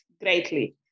greatly